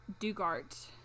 Dugart